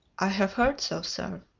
i have heard so, sir.